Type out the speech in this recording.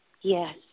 yes